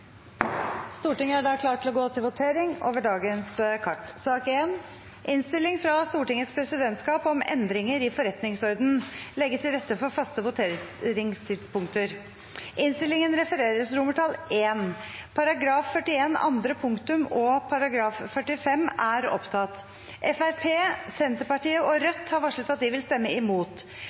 Stortinget er da klar til å gå til votering. Det voteres først over I § 41 andre punktum og § 45. Fremskrittspartiet, Senterpartiet og Rødt har varslet at de vil stemme imot.